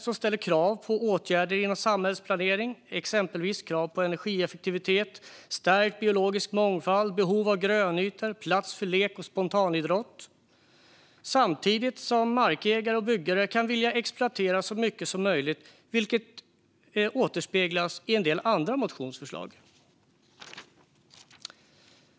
Det ställs krav på åtgärder inom samhällsplaneringen, exempelvis sådant som gäller energieffektivitet, stärkt biologisk mångfald, behov av grönytor och plats för lek och spontanidrott, samtidigt som markägare och byggare kan vilja exploatera så mycket som möjligt, vilket återspeglas i en del andra motionsförslag.